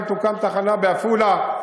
כאן תוקם תחנה בעפולה.